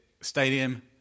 stadium